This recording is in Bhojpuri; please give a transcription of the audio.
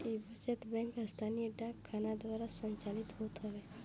इ बचत बैंक स्थानीय डाक खाना द्वारा संचालित होत हवे